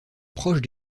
proches